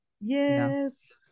yes